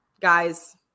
guys